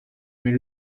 mais